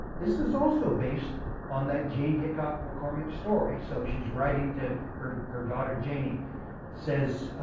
this is also based on that jean hickok mccormick story. so she's writing to her her daughter janie and says